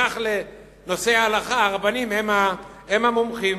כך לנושא ההלכה, הרבנים הם המומחים.